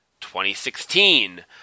2016